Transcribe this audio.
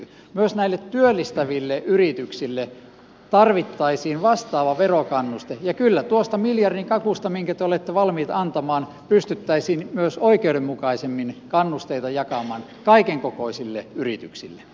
myös näille työllistäville yrityksille tarvittaisiin vastaava verokannuste ja kyllä tuosta miljardin kakusta minkä te olette valmiit antamaan pystyttäisiin myös oikeudenmukaisemmin kannusteita jakamaan kaikenkokoisille yrityksille